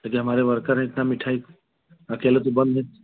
ये जो हमारे वर्कर हैं इतनी मिठाई अकेले तो बन नहीं